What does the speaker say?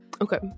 Okay